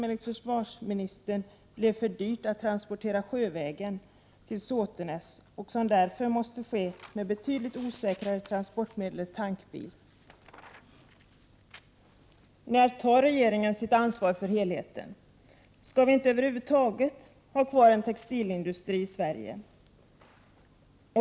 Enligt försvarsministern blev det för dyrt att transportera flygbränslet sjövägen till Såtenäs, och därför måste transporterna ske med det betydligt osäkrare transportmedlet tankbil. När skall regeringen ta sitt ansvar för helheten? Skall vi över huvud taget inte ha kvar en textilindustri i Sverige?